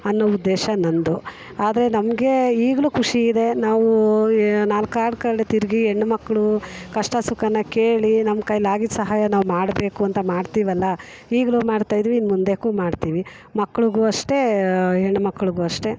ಅನ್ನೋ ಉದ್ದೇಶ ನನ್ನದು ಆದರೆ ನಮಗೆ ಈಗಲೂ ಖುಷಿ ಇದೆ ನಾವು ನಾಲ್ಕಾರು ಕಡೆ ತಿರುಗಿ ಹೆಣ್ಮಕ್ಳು ಕಷ್ಟ ಸುಖನ ಕೇಳಿ ನಮ್ಮ ಕೈಲಿ ಆಗಿದ್ದ ಸಹಾಯ ನಾವು ಮಾಡಬೇಕು ಅಂತ ಮಾಡ್ತಿವಲ್ಲ ಈಗಲೂ ಮಾಡ್ತಾಯಿದ್ವಿ ಇನ್ನು ಮುಂದಕ್ಕೂ ಮಾಡ್ತೀವಿ ಮಕ್ಳಿಗೂ ಅಷ್ಟೇ ಹೆಣ್ಮಕ್ಳಿಗು ಅಷ್ಟೇ